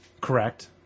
Correct